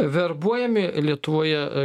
verbuojami lietuvoje